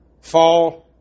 Fall